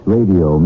Radio